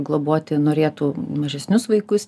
globoti norėtų mažesnius vaikus